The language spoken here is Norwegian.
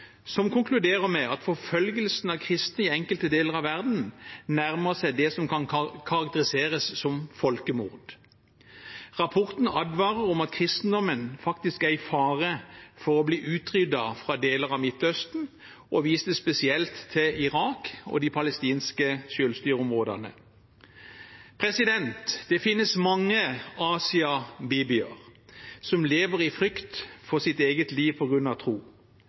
som konkluderer med at forfølgelsen av kristne i enkelte deler av verden nærmer seg det som kan karakteriseres som folkemord. Rapporten advarer om at kristendommen faktisk er i fare for å bli utryddet fra deler av Midtøsten, og viste spesielt til Irak og de palestinske selvstyreområdene. Det finnes mange Asia Bibi-er som lever i frykt for sitt eget liv på grunn av tro.